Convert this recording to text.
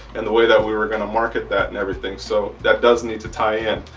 and the way that we were going to market that and everything so that doesn't need to tie in.